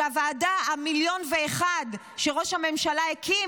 שבה הוועדה המיליון ואחת שראש הממשלה הקים